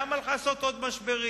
למה לך לעשות עוד משברים?